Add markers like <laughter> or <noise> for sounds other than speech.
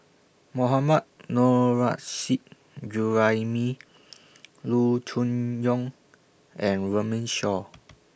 Mohammad Nurrasyid Juraimi <noise> Loo Choon Yong and Runme Shaw <noise>